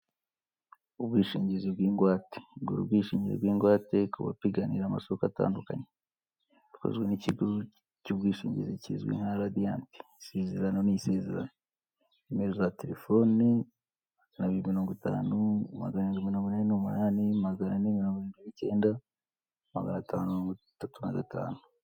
Ubwishingizi bw'ingwategura, ubwishingizi bw'ingwate ku bapiganira amasoko atandukanye, akozwe n'ikigo cy'ubwishingizi kizwi nka radiyanti isezerano n'iseze, nimero za telefoni na kabiri mirongo itanu, magana arindwi na mirongo inani n'umunani magana ane, na mirongo irindwi ikenda magana atanu mirongo itatu na gatanu.